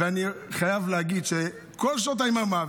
ואני חייב להגיד שבכל שעות היממה.